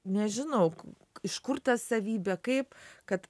nežinau iš kur ta savybė kaip kad